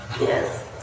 Yes